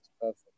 perfect